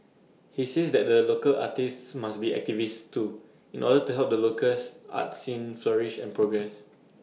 he says that the local artists must be activists too in order to help the locals art scene flourish and progress